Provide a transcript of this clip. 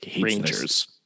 Rangers